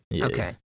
Okay